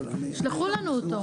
תשלחו לנו אותו.